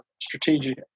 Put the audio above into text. strategic